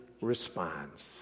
responds